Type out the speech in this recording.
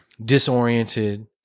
disoriented